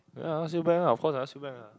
ya I ask you back ah of course I ask you back ah